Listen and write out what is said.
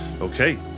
Okay